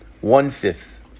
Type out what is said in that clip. one-fifth